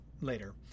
later